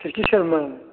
खेरखि sermon